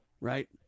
right